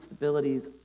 stabilities